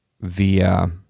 via